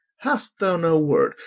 hast thou no word,